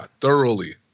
thoroughly